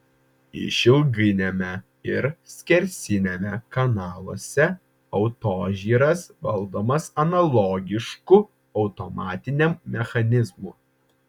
išilginiame ir skersiniame kanaluose autožyras valdomas analogišku automatiniam mechanizmu